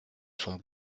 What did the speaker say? son